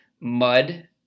mud